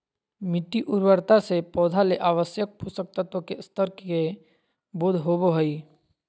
मिटटी उर्वरता से पौधा ले आवश्यक पोषक तत्व के स्तर के बोध होबो हइ